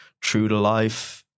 true-to-life